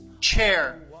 Chair